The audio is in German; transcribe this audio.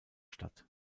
statt